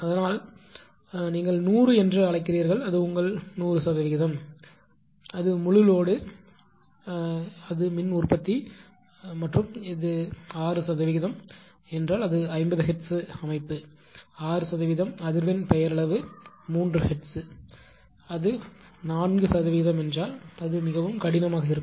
அதனால் அதாவது நீங்கள் 100 என்று அழைக்கிறீர்கள் அது உங்கள் 100 சதவிகிதம் அது முழு லோடு என்று அது மின் உற்பத்தி மற்றும் அது 6 சதவிகிதம் என்றால் அது 50 ஹெர்ட்ஸ் அமைப்பு என்றால் 6 சதவீதம் அதிர்வெண் பெயரளவு 3 ஹெர்ட்ஸ் சரியானது அது 4 சதவிகிதம் என்றால் அது மிகவும் கடினமாக இருக்கும்